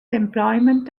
employment